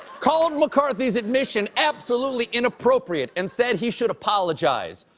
called mccarthy's admission absolutely inappropriate and said he should apologize.